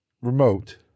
remote